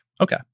Okay